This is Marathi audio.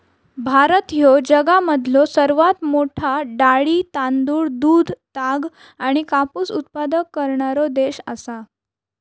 भारत ह्यो जगामधलो सर्वात मोठा डाळी, तांदूळ, दूध, ताग आणि कापूस उत्पादक करणारो देश आसा